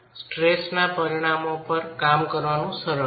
સ્ટ્રેસના પરિણામો પર કામ કરવાનું સરળ છે